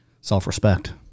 self-respect